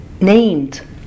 named